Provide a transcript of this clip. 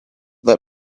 that